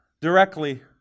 directly